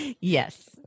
Yes